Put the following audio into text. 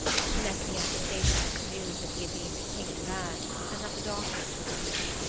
she met me at the station with the news that he had been taken bad and that the doctors were with him.